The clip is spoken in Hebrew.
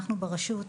אנחנו ברשות מבצעים,